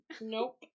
Nope